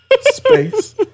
space